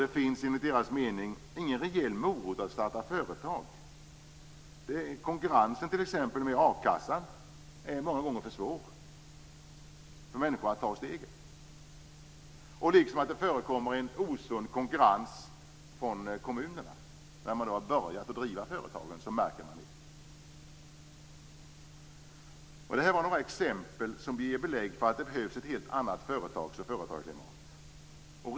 Det finns enligt deras mening ingen rejäl morot att starta företag. Konkurrensen med t.ex. a-kassan är många gånger för svår. Det blir svårt för människor att ta steget. Det förekommer även en osund konkurrens från kommunerna. Detta märker man när man börjat driva företag. Detta var några exempel som blir belägg för att det behövs ett helt annat företags och företagarklimat.